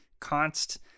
const